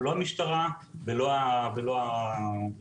לא המשטרה ולא הפקחים.